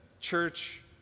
church